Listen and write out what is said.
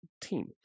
team